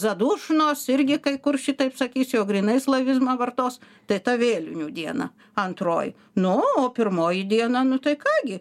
zadūšnos irgi kai kur šitaip sakys jau grynai slavizmą vartos tai ta vėlinių diena antroji nu o pirmoji diena nu tai ką gi